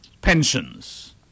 pensions